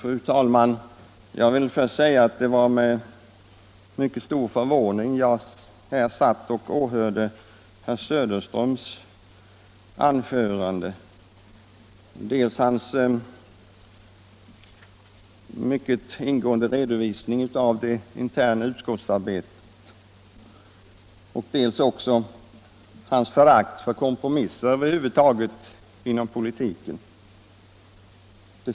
Fru talman! Jag vill först säga att det var med stor förvåning jag åhörde herr Söderströms anförande — dels hans mycket ingående redovisning av det interna utskottsarbetet, dels hans visade förakt för kompromisser över huvud taget inom politiken.